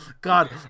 God